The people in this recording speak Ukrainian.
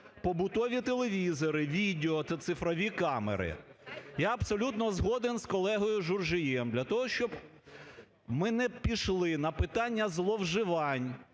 Побутові телевізори, відео та цифрові камери. Я абсолютно згоден з колегою Журжієм. Для того, щоб ми не пішли на питання зловживань,